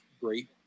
great